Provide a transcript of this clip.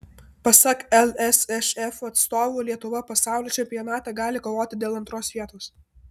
pasak lsšf atstovų lietuva pasaulio čempionate gali kovoti dėl antros vietos